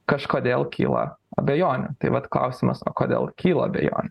kažkodėl kyla abejonių tai vat klausimas o kodėl kyla abejonių